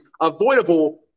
avoidable